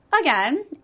again